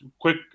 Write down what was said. quick –